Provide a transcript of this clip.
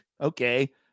okay